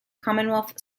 commonwealth